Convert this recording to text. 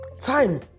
time